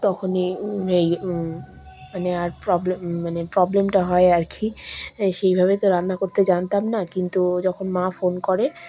তখনই এই মানে আর প্রবলেম মানে প্রবলেমটা হয় আর কি সেইভাবে তো রান্না করতে জানতাম না কিন্তু যখন মা ফোন করে